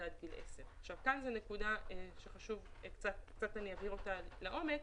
עד גיל 10. זאת נקודה שאני אבהיר אותה לעומק.